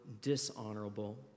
dishonorable